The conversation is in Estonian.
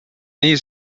nii